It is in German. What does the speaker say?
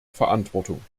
verantwortung